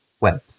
webs